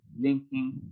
linking